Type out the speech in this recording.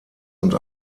und